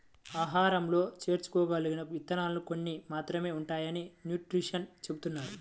ఆహారంలో చేర్చుకోగల విత్తనాలు కొన్ని మాత్రమే ఉంటాయని న్యూట్రిషన్స్ చెబుతున్నారు